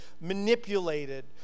manipulated